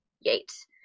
Yates